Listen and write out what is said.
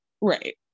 right